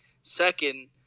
second